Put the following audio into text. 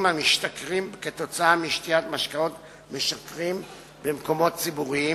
המשתכרים משתיית משקאות משכרים במקומות ציבוריים,